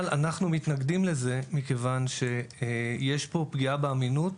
אבל אנחנו מתנגדים לזה מכיוון שיש פה פגיעה באמינות